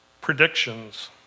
predictions